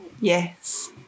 Yes